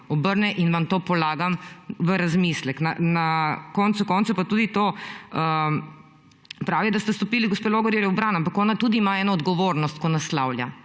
obrne, in vam to polagam v razmislek. Na koncu koncev je pa tudi to. Prav je, da ste stopili gospe Logarjevi v bran, ampak ona tudi ima eno odgovornost, ko naslavlja.